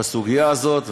בסוגיה הזאת.